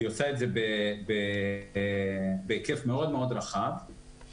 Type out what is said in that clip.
היא עושה את זה בהיקף מאוד מאוד רחב במטרה